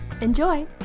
Enjoy